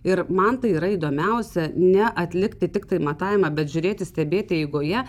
ir man tai yra įdomiausia ne atlikti tiktai matavimą bet žiūrėti stebėti eigoje